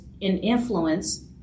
influence